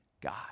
God